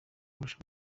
barusha